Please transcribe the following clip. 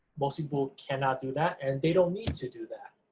most people cannot do that and they don't need to do that,